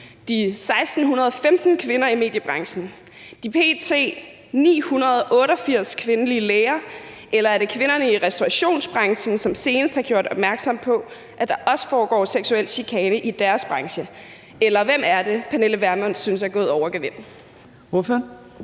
de 1.615 kvinder i mediebranchen, de p.t. 988 kvindelige læger, eller er det kvinderne i restaurationsbranchen, som senest har gjort opmærksom på, at der også foregår seksuel chikane i deres branche? Eller hvem er det, Pernille Vermund synes er gået over gevind?